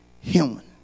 human